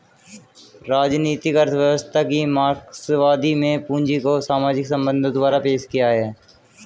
राजनीतिक अर्थव्यवस्था की मार्क्सवादी में पूंजी को सामाजिक संबंधों द्वारा पेश किया है